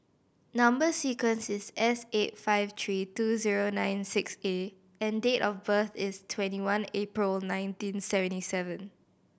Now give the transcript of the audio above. number sequence is S eight five three two zero nine six A and date of birth is twenty one April nineteen seventy seven